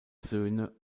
söhne